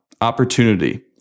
opportunity